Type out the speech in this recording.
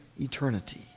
eternity